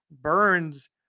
Burns